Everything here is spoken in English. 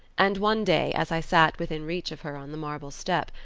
and one day, as i set within reach of her on the marble step,